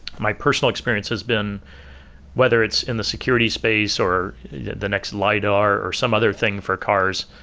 my personal experience has been whether it's in the security space, or the next lidar, or some other thing for cars,